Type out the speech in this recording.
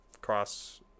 cross